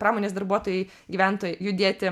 pramonės darbuotojai gyventojai judėti